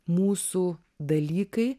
mūsų dalykai